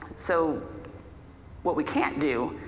so what we can't do,